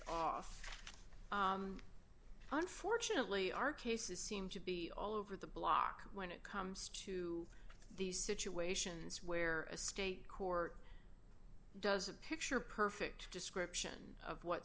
off unfortunately our cases seem to be all over the block when it comes to these situations where a state court does a picture perfect description of what